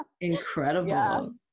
incredible